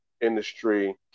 industry